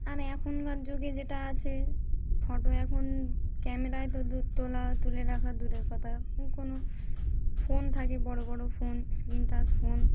আর এখনকার যুগে যেটা আছে ফটো এখন ক্যামেরায় তো দূর তোলা তুলে রাখা দূরের কথা কোনো ফোন থাকে বড় বড় ফোন স্ক্রিন টাচ ফোন